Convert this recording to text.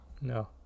no